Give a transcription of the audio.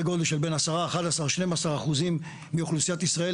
גודל שבין 10-12 אחוזים מאוכלוסיית ישראל,